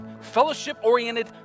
fellowship-oriented